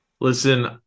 Listen